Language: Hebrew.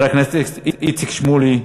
חבר הכנסת איציק שמולי,